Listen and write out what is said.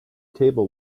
table